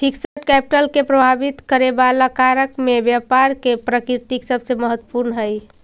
fixed capital के प्रभावित करे वाला कारक में व्यापार के प्रकृति सबसे महत्वपूर्ण हई